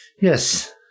yes